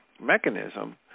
mechanism